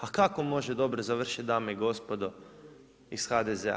A kako može dobro završit dame i gospodo iz HDZ-a?